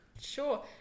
sure